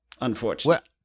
Unfortunately